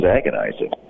agonizing